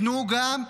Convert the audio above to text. תנו גם,